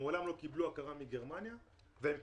שמעולם לא קיבלו הכרה מגרמניה ועכשיו,